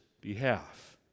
behalf